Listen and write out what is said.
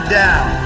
down